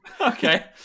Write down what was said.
Okay